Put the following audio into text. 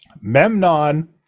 memnon